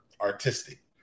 artistic